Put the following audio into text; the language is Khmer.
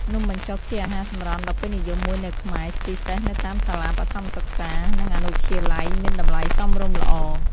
នំបញ្ចុកជាអាហារសម្រន់ដ៏ពេញនិយមមួយនៅខ្មែរ ពិសេសនៅតាមសាលាបឋមសិក្សា និងអនុវិទ្យាល័យ មានតម្លៃសមរម្យល្អ។